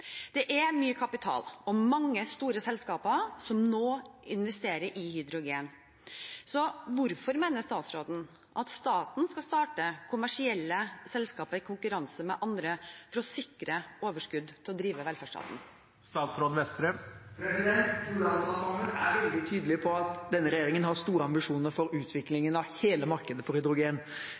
Det er mye kapital og mange store selskaper som nå investerer i hydrogen. Hvorfor mener statsråden at staten skal starte kommersielle selskaper i konkurranse med andre for å sikre overskudd til å drive velferdsstaten?» Hurdalsplattformen er veldig tydelig på at denne regjeringen har store ambisjoner for utviklingen av hele markedet for hydrogen.